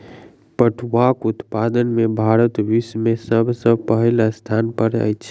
पटुआक उत्पादन में भारत विश्व में सब सॅ पहिल स्थान पर अछि